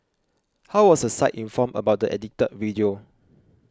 how was the site informed about the edited video